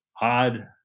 odd